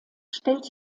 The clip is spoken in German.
stellt